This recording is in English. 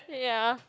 ya